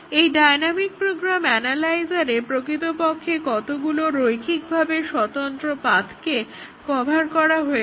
এই dynamic program analyser প্রকৃতপক্ষে কতগুলি রৈখিকভাবে স্বতন্ত্র পাথকে কভার করা হয়েছে